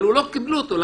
אבל לא קיבלו אותו.